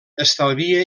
estalvia